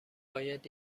باید